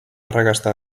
arrakasta